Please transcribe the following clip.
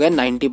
90%